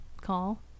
call